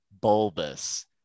bulbous